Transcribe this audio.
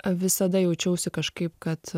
visada jaučiausi kažkaip kad